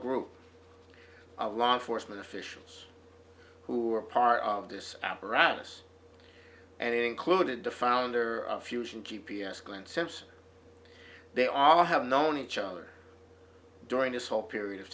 group of law enforcement officials who are part of this apparatus and included the founder of fusion keep e s going since they all have known each other during this whole period of